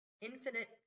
infinite